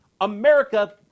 America